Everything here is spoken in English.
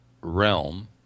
realm